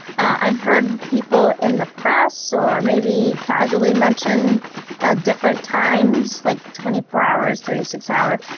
i've heard people in the press or maybe casually mention ah different times, like twenty four hours, thirty six hours.